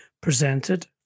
presented